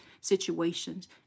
situations